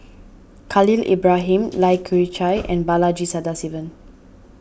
Khalil Ibrahim Lai Kew Chai and Balaji Sadasivan